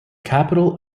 capital